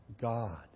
God